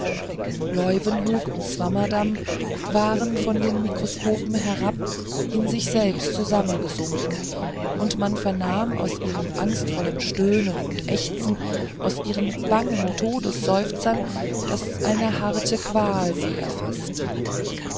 leuwenhoek und swammerdamm waren von den mikroskopen herab in sich selbst zusammengesunken und man vernahm aus ihrem angstvollen stöhnen und ächzen aus ihren bangen todesseufzern daß eine harte qual sie erfaßt